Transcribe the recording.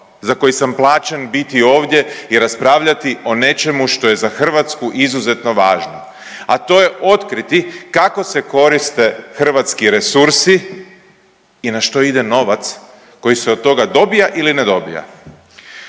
za koji sam plaćen biti ovdje i raspravljati o nečemu što je za Hrvatsku izuzetno važno, a to je otkriti kako se koriste hrvatski resursi i na što ide novac koji se od toga dobija ili ne dobija.